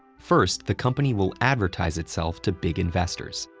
first, the company will advertise itself to big investors.